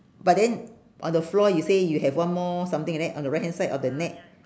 but then on the floor you say you have one more something like that on the right hand side of the net